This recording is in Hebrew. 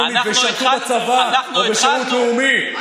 וישרתו בצבא או בשירות לאומי,